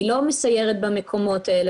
היא לא מסיירת במקומות האלה.